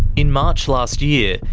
in march last year,